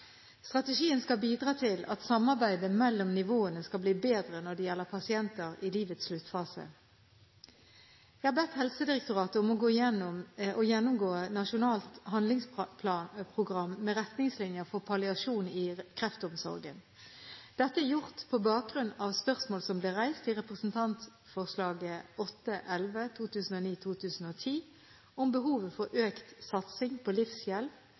skal bidra til at samarbeidet mellom nivåene blir bedre når det gjelder pasienter i livets sluttfase. Jeg har bedt Helsedirektoratet om å gjennomgå Nasjonalt handlingsprogram med retningslinjer for palliasjon i kreftomsorgen. Dette er gjort på bakgrunn av spørsmål som ble reist i representantforslag 8:11 S for 2009–2010 om behovet for økt satsing på livshjelp